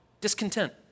Discontent